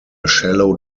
shallow